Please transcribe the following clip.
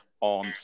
on